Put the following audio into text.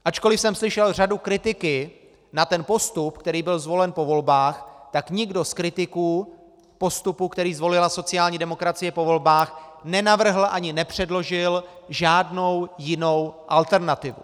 Ačkoliv jsem slyšel řadu kritiky na ten postup, který byl zvolen po volbách, tak nikdo z kritiků postupu, který zvolila sociální demokracie po volbách, nenavrhl ani nepředložil žádnou jinou alternativu.